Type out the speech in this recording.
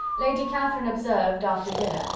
lady catherine observed, after dinner,